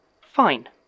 Fine